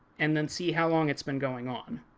and then see how long it's been going on.